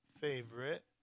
favorite